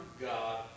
God